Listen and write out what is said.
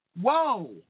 whoa